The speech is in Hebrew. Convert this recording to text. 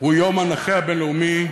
הוא יום הנכה הבין-לאומי,